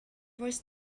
was